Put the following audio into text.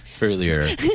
earlier